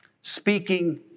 Speaking